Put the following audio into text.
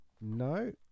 No